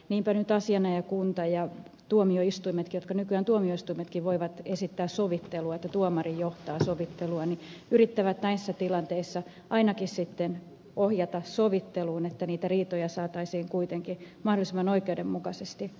niinpä nyt asianajajakunta ja tuomioistuimetkin nykyään tuomioistuimetkin voivat esittää sovittelua niin että tuomari johtaa sovittelua yrittävät näissä tilanteissa ainakin ohjata sovitteluun niin että niitä riitoja saataisiin kuitenkin mahdollisimman oikeudenmukaisesti käsiteltyä